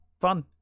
fun